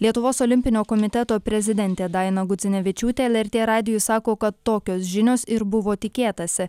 lietuvos olimpinio komiteto prezidentė daina gudzinevičiūtė lrt radijui sako kad tokios žinios ir buvo tikėtasi